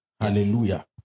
Hallelujah